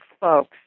folks